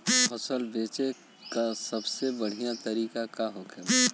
फसल बेचे का सबसे बढ़ियां तरीका का होखेला?